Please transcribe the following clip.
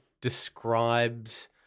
Describes